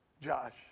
Josh